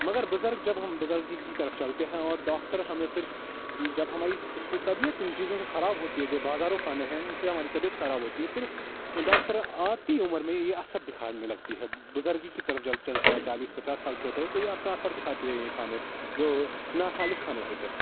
مگر بزرگ جب ہم بزرگی کی طرف چلتے ہیں اور ڈاکٹر ہمیں پھر جب ہماری طبیعت ان چیزوں سے خراب ہوتی ہے جو بازارو کھانے ہیں ان سے ہماری طبیعت خراب ہوتی ہے پھر ڈاکٹر آتی عمر میں یہ اثر دکھانے لگتی ہے بزرگی کی طرف جب چلتے ہیں چالیس پچاس سال کے ہوتے ہیں تو یہ اپنا اثر دکھا تی ہے یہ کھانے جو نا سالس کھانے ہوتے ہیں